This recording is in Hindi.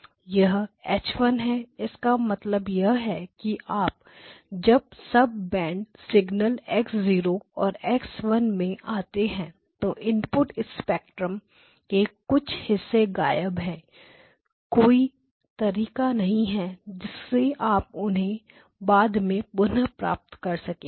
यह H1 है इसका मतलब यह है कि जब आप सब बैंड सिग्नल x0 और x1 में आते हैं तो इनपुट स्पेक्ट्रम के कुछ हिस्से गायब हैं कोई तरीका नहीं है जिससे आप उन्हें बाद में पुनः प्राप्त कर सकें